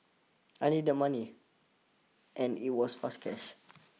I needed the money and it was fast cash